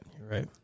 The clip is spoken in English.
right